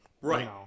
Right